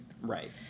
Right